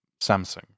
Samsung